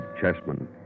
chessmen